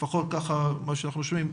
לפחות ככה מה שאנחנו שומעים,